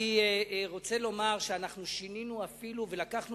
אני רוצה לומר שאנחנו שינינו אפילו ולקחנו